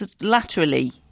laterally